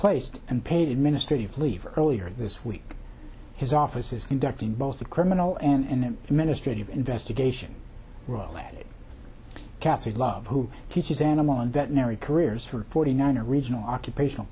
placed and paid administrative leave earlier this week his office is conducting both the criminal and the ministry of investigation cassie love who teaches animal and veterinary careers for forty nine original occupational